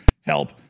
help